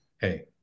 hey